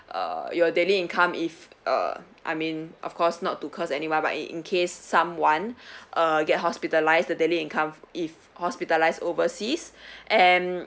uh your daily income if uh I mean of course not to curse anyone but in in case someone uh get hospitalized the daily income if hospitalized overseas and